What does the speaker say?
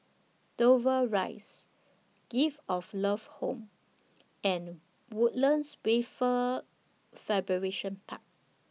Dover Rise Gift of Love Home and Woodlands Wafer Fabrication Park